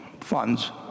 funds